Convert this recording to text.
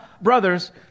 brothers